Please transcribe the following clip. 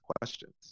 questions